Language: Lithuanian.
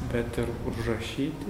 bet ir užrašyti